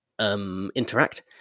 Interact